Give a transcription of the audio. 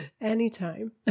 Anytime